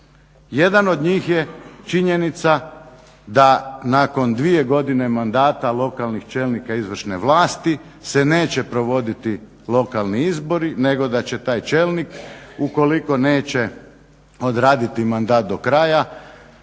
Jedan od njih je činjenica da nakon dvije godine mandata lokalnih izvršnih vlasti se neće provoditi lokalni izbori nego da će taj čelnik ukoliko neće odraditi mandat do kraja